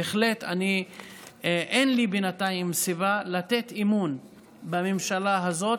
בהחלט אין לי בינתיים סיבה לתת אמון בממשלה הזאת,